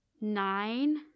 nine